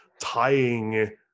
tying